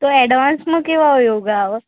તો એડવાંસમાં કેવા યોગા આવે